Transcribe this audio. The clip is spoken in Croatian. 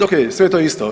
Ok, sve je to isto.